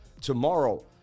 tomorrow